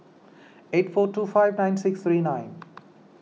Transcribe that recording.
eight four two five nine six three nine